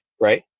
right